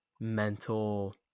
mental